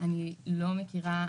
אני לא מכירה,